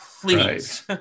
please